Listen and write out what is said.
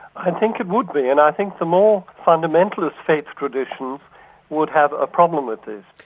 i think it would be, and i think the more fundamentalist faith traditions um would have a problem with this.